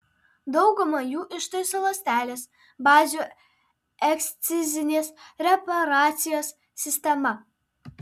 daugumą jų ištaiso ląstelės bazių ekscizinės reparacijos sistema